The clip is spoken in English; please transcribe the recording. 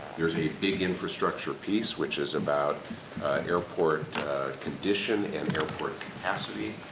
there's a big infrastructure piece, which is about airport condition and airport capacity.